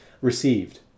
received